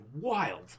wild